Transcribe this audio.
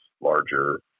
larger